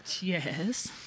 Yes